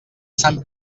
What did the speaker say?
sant